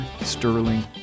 Sterling